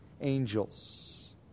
angels